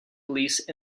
police